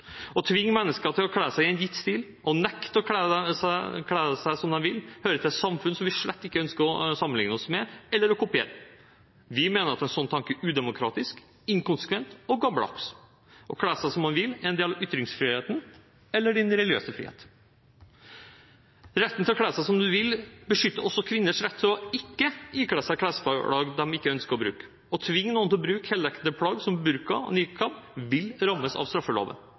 Å tvinge mennesker til å kle seg i en gitt stil og nekte dem å kle seg som de vil, hører til samfunn som vi slett ikke ønsker å sammenlikne oss med, eller å kopiere. Vi mener at en sånn tanke er udemokratisk, inkonsekvent og gammeldags. Å kle seg som man vil, er en del av ytringsfriheten eller den religiøse friheten. Retten til å kle seg som man vil, beskytter også kvinners rett til ikke å ikle seg klesplagg de ikke ønsker å bruke. Å tvinge noen til å bruke heldekkende plagg, som burka og niqab, vil rammes av straffeloven.